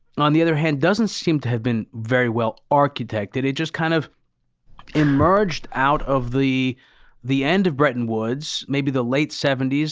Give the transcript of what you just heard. on the other hand, doesn't seem to have been very well architected. it just kind of emerged out of the the end of bretton woods. maybe the late seventy s.